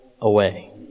away